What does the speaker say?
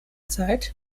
zeit